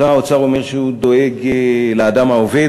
שר האוצר אומר שהוא דואג לאדם העובד,